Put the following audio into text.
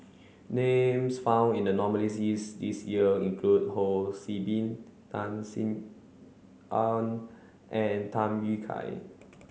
names found in the nominees' list this year include Ho See Beng Tan Sin Aun and Tham Yui Kai